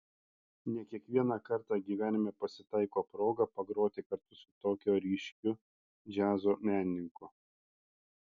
ne kiekvieną kartą gyvenime pasitaiko proga pagroti kartu su tokiu ryškiu džiazo menininku